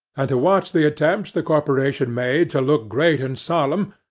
and to watch the attempts the corporation made to look great and solemn,